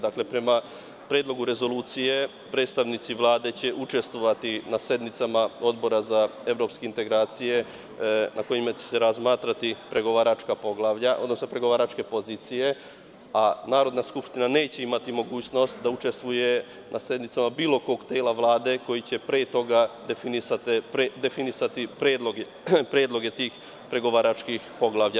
Dakle, prema Predlogu rezolucije, predstavnici Vlade će učestvovati na sednicama Odbora za evropske integracije, na kojima će se razmatrati pregovaračka poglavlja, odnosno pregovaračke pozicije, a Narodna skupština neće imati mogućnosti da učestvuje na sednicama bilo kog tela Vlade koji će pre toga definisati predloge tih pregovaračkih poglavlja.